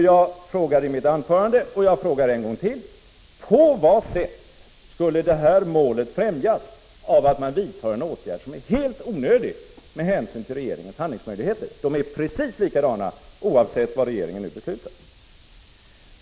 Jag frågade i mitt anförande, och jag frågar en gång till: På vad sätt skulle det målet främjas av att man vidtar en åtgärd som är helt onödig med hänsyn till regeringens handlingsmöjligheter? De är precis likadana oavsett vad regeringen nu beslutar.